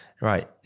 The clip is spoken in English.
Right